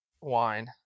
wine